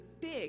big